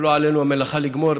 ולא עלינו המלאכה לגמור,